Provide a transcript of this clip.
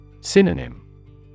Synonym